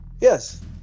Yes